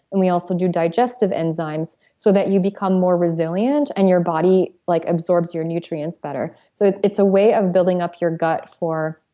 and we also do digestive enzymes so that you become more resilient and your body like absorbs your nutrients better so it's a way of building up your gut for.